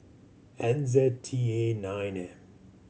N Z T A nine M